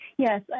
Yes